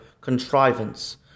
contrivance